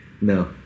no